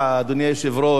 אדוני היושב-ראש,